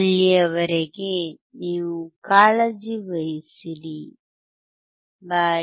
ಅಲ್ಲಿಯವರೆಗೆ ನೀವು ಕಾಳಜಿ ವಹಿಸಿರಿ ಬೈ